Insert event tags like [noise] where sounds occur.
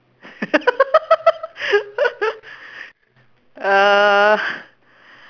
[laughs] uh